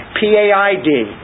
P-A-I-D